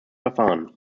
verfahren